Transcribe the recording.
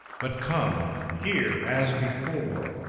but come here, as before,